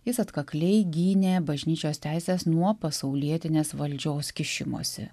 jis atkakliai gynė bažnyčios teises nuo pasaulietinės valdžios kišimosi